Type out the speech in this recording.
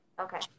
Okay